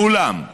ואולם,